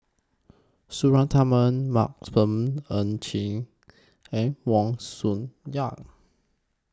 Suratman Ng Chiang and Wong